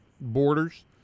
borders